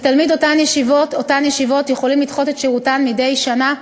תלמידי אותן ישיבות יכולים לדחות את שירותם מדי שנה